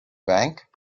bank